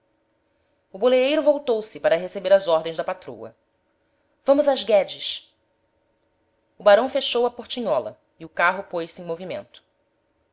o boleeiro voltou-se para receber as ordens da patroa vamos às guedes o barão fechou a portinhola e o carro pôs-se em movimento